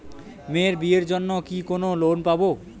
মেয়ের বিয়ের জন্য কি কোন লোন পাব?